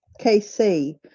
KC